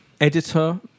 editor